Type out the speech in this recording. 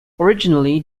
originally